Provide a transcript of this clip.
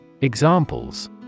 Examples